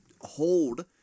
hold